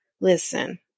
listen